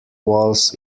walls